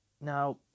Now